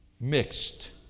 mixed